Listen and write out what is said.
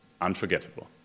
Unforgettable